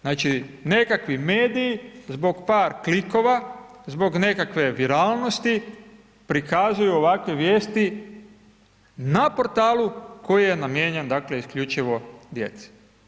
Znači nekakvi mediji zbog par klikova zbog nekakve viralnosti prikazuju ovakve vijesti na portalu koji je namijenjen dakle, isključivo djeci.